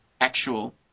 actual